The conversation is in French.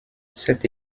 cette